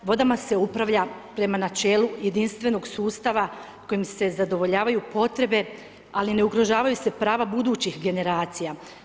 Vodama se upravlja prema načelu jedinstvenog sustava, kojim se zadovoljavaju potrebe ali ne ugrožavaju se prava budućih generacija.